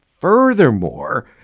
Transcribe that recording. Furthermore